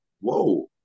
whoa